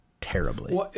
terribly